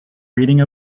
reading